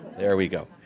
there we go.